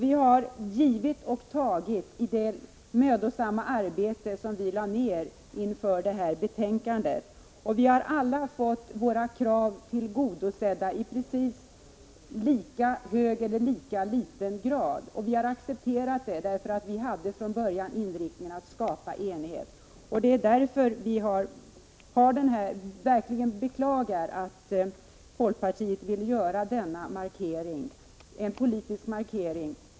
Vi har givit och tagit i det mödosamma arbete som vi lade ned på detta betänkande. Vi har alla fått våra krav tillgodosedda i precis lika hög eller låg grad. Vi har accepterat det, därför att vi från början hade inriktningen att skapa enighet. 19 Vi beklagar därför verkligen att folkpartiet vill göra en politisk markering.